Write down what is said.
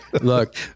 Look